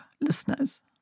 listeners